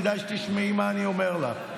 כדאי שתשמעי מה אני אומר לך.